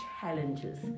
challenges